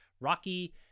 rocky